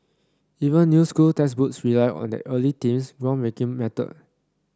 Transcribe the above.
even new school textbooks rely on that early team's groundbreaking model